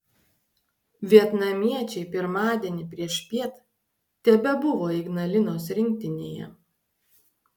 vietnamiečiai pirmadienį priešpiet tebebuvo ignalinos rinktinėje